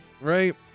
Right